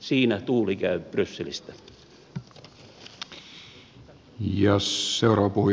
siinä tuuli käy brysselistä